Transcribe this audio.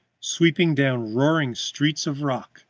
sweeping down roaring streets of rock,